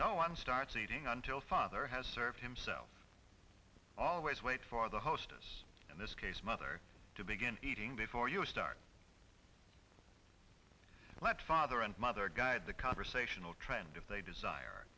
no one starts eating until father has served himself always wait for the hostess in this case mother to begin eating before you start let father and mother guide the conversational trend if they desire